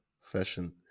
fashion